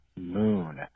Moon